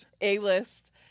A-list